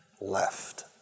left